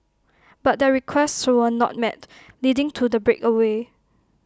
but their requests were not met leading to the breakaway